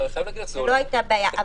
לא היתה בעיה.